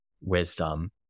wisdom